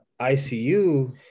ICU